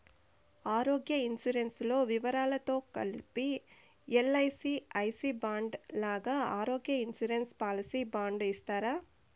ఆరోగ్య ఇన్సూరెన్సు లో వివరాలతో కలిపి ఎల్.ఐ.సి ఐ సి బాండు లాగా ఆరోగ్య ఇన్సూరెన్సు పాలసీ బాండు ఇస్తారా?